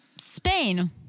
Spain